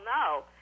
no